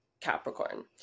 Capricorn